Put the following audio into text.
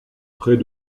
près